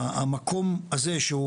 המקום הזה שהוא,